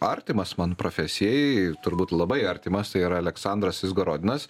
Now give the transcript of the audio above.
artimas man profesijai turbūt labai artimas tai yra aleksandras izgorodinas